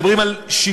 מדברים על שיכון,